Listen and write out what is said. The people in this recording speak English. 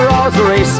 Rosary